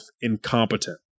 incompetent